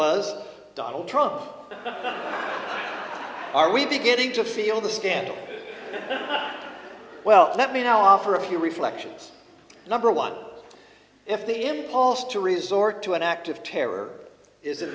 was donald trump are we beginning to feel the scandal well let me now offer a few reflections number one if the impulse to resort to an act of terror is in